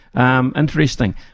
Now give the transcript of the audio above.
Interesting